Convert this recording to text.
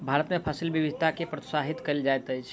भारत में फसिल विविधता के प्रोत्साहित कयल जाइत अछि